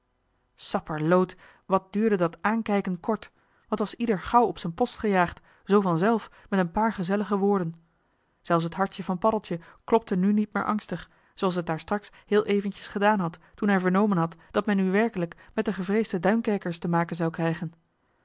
sapperloot wat duurde dat aankijken kort wat was ieder gauw op z'n post gejaagd zoo vanzelf met een paar gezellige woorden zelfs t hartje van paddeltje klopte nu niet meer angstig zooals het daarstraks heel eventjes gedaan had toen hij vernomen had dat men nu werkelijk met de gevreesde duinkerkers te maken zou krijgen